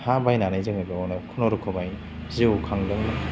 हा बायनानै जोङो बेवनो खुनु रुखुमै जिउ खांदोंमोन